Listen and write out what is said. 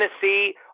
Tennessee